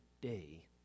day